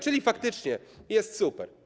Czyli faktycznie jest super.